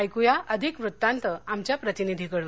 ऐकुया अधिक वृत्तांत आमच्या प्रतिनिधीकडून